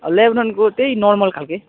लेब्रोनको त्यही नर्मल खाल्के